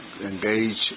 engage